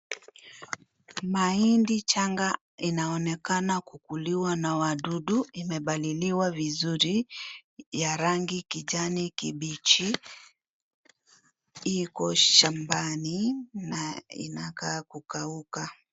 Mahindi changa inaonekana kukuliwa na wadudu, imebaliliwa vizuri ya rangi kijani kibichi, iko shambani na inakaa kukauka.